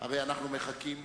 הרי אנחנו מחכים.